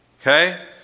Okay